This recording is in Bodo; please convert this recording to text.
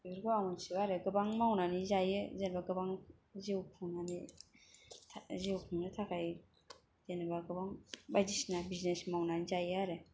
बेफोरखौ आं मिथिला आरो गोबां मावनानै जायो जेनेबा गोबां जिउ खुंनानै जिउ खुंनो थाखाय जेनेबा गोबां बायदिसिना बिजनेस मावनानै जायो आरो